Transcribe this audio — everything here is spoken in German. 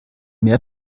mehr